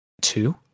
two